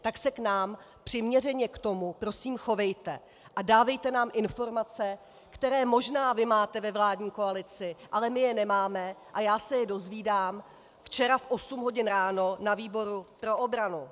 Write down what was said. Tak se k nám přiměřeně k tomu prosím chovejte a dávejte nám informace, které možná vy máte ve vládní koalici, ale my je nemáme a já se je dozvídám včera v osm hodin ráno na výboru pro obranu.